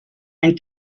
and